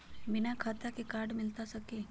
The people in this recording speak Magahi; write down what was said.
बिना खाता के कार्ड मिलता सकी?